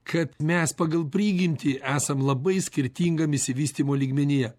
kad mes pagal prigimtį esam labai skirtingam išsivystymo lygmenyje